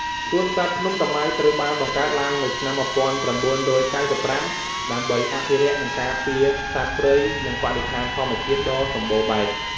សួនសត្វភ្នំតាម៉ៅត្រូវបានបង្កើតឡើងនៅឆ្នាំ ១៩៩៥ ដើម្បីអភិរក្ស និងការពារសត្វព្រៃ និងបរិស្ថានធម្មជាតិដ៏សម្បូរបែប។